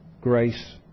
grace